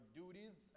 duties